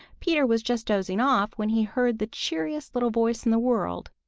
peter was just dozing off when he heard the cheeriest little voice in the world.